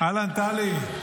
אהלן, טלי.